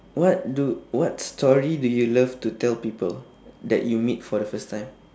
what do what story do you love to tell people that you meet for the first time